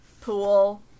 pool